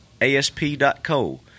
ASP.co